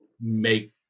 make